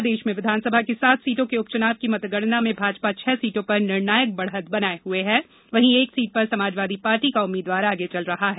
उत्तर प्रदेश में विधानसभा की सात सीटों के उपच्नाव की मतगणना में भाजपा छह सीटों पर निर्णायक बढ़त बनाए हुए है वहीं एक सीट पर समाजवादी पाटी का उम्मीदवार आगे चल रहा है